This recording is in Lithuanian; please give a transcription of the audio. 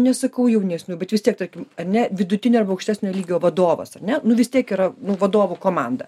nesakau jaunesnių bet vis tiek tokių ar ne vidutinio ar aukštesnio lygio vadovas ne nu vis tiek yra vadovų komanda